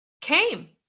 came